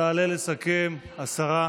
תעלה לסכם השרה